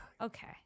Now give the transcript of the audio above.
Okay